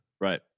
Right